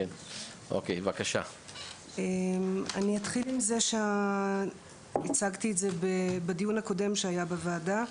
אני אתחיל בזה שהצגתי את זה בדיון הקודם שהיה בוועדה,